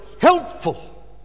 helpful